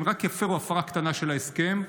אם רק יפרו הפרה קטנה של ההסכם,